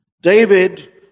David